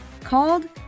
called